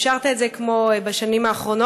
על שאפשרת את זה, כמו בשנים האחרונות.